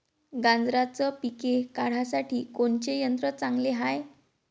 गांजराचं पिके काढासाठी कोनचे यंत्र चांगले हाय?